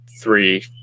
three